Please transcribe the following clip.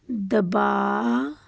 ਦਬਾਅ